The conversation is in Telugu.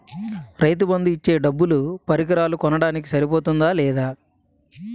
రైతు బందు ఇచ్చే డబ్బులు పరికరాలు కొనడానికి సరిపోతుందా లేదా?